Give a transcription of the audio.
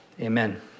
Amen